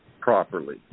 properly